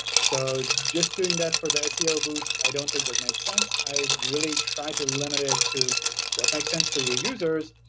so just doing that for the seo boost i don't think would make sense. i'd really try to limit it to what makes sense for your users.